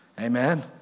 Amen